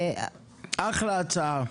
אחלה הצעה.